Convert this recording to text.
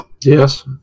Yes